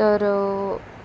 तर